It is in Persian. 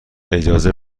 اجازه